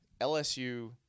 LSU